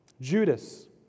Judas